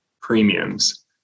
premiums